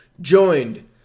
joined